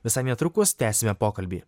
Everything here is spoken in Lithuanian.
visai netrukus tęsime pokalbį